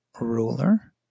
ruler